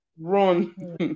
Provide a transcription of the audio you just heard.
run